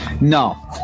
No